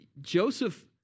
Joseph